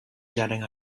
jetting